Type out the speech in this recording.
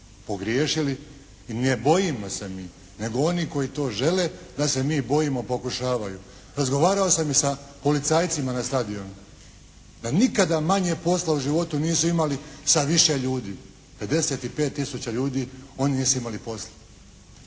pogriješili i ne bojimo se mi, nego oni koji to žele da se mi bojimo pokušavaju. Razgovarao sam i sa policajcima na stadionu. Pa nikada manje posla u životu nisu imali sa više ljudi, 55 tisuća ljudi oni nisu imali posla,